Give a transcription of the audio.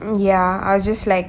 ya I'll just like